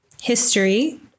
history